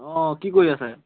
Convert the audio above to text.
অ কি কৰি আছে